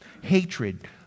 hatred